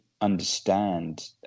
understand